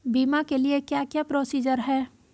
बीमा के लिए क्या क्या प्रोसीजर है?